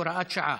הוראת שעה),